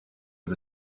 was